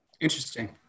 Interesting